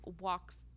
walks